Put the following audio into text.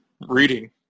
reading